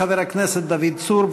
חבר הכנסת דוד צור.